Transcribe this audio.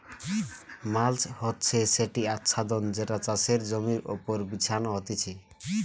mulch হচ্ছে সেটি আচ্ছাদন যেটা চাষের জমির ওপর বিছানো হতিছে